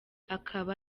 akaba